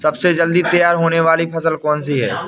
सबसे जल्दी तैयार होने वाली फसल कौन सी है?